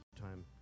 Time